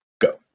go